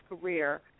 career